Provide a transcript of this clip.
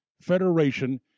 federation